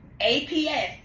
APS